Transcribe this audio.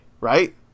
right